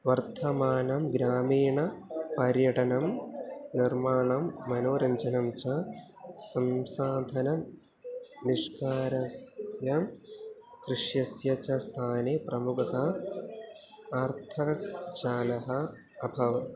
वर्तमानं ग्रामीणपर्यटणं निर्माणं मनोरञ्जनं च संसाधननिष्कारस्य कृषस्य च स्थाने प्रमुखता अर्थः चालः अभवत्